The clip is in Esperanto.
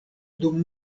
dum